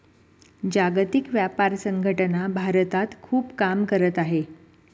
जागतिक व्यापार संघटना भारतात खूप काम करत आहे